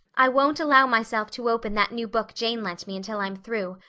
i won't allow myself to open that new book jane lent me until i'm through.